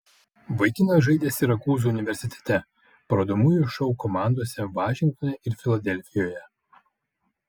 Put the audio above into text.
vaikinas žaidė sirakūzų universitete parodomųjų šou komandose vašingtone ir filadelfijoje